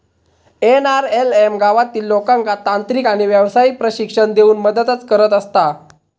NRLM गावातील लोकांका तांत्रिक आणि व्यावसायिक प्रशिक्षण देऊन मदतच करत असता